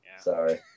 Sorry